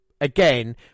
again